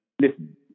listen